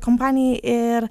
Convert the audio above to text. kompanijai ir